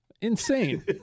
Insane